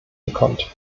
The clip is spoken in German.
bekommt